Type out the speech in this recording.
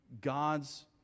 God's